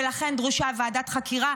ולכן דרושה ועדת חקירה,